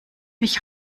mich